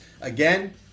again